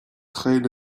خیلی